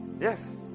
Yes